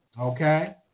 Okay